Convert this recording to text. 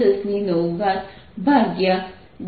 0 J આવે છે